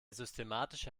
systematische